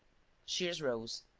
shears rose,